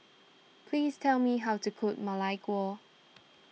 please tell me how to cook Ma Lai Gao